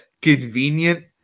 convenient